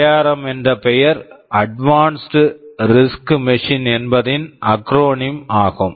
ARM ARM என்ற பெயர் advanced RISC machine Advanced RISC Machine என்பதின் அக்ரோனிம் acronym ஆகும்